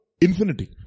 infinity